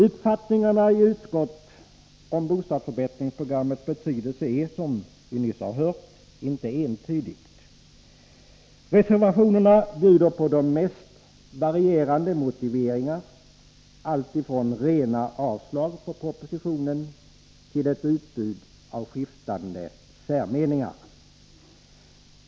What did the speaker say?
Uppfattningarna i utskottet av bostadsförbättringsprogrammets betydelse är, som vi nyss har hört, inte entydiga. Reservationerna bjuder på de mest varierande motiveringar, allt från rena yrkanden om avslag på propositionen till ett utbud av skiftande särmeningar.